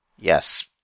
Yes